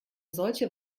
solche